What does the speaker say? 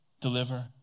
Deliver